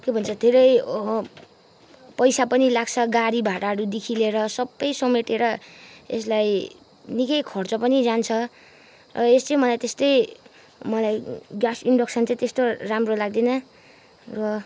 के भन्छ धेरै पैसा पनि लाग्छ गाडी भाडाहरूदेखि लिएर सबै समेटेर यसलाई निक्कै खर्च पनि जान्छ र यस चाहिँ मलाई त्यस्तै मलाई ग्यास इन्डक्सन चाहिँ त्यस्तो राम्रो लाग्दैन र